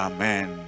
Amen